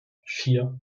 vier